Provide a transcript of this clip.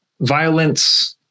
violence